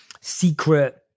secret